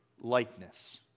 likeness